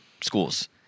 schools